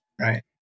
right